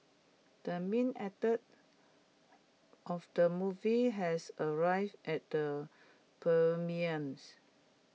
the main actor of the movie has arrived at the premieres